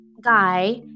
guy